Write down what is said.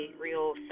real